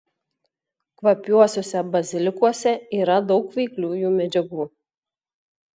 kvapiuosiuose bazilikuose yra daug veikliųjų medžiagų